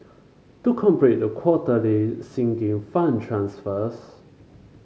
to complete the quarterly Sinking Fund transfers